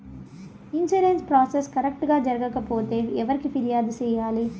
insurance process correct గా జరగకపోతే ఎవరికి ఫిర్యాదు సేయాలి